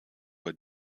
bei